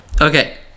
Okay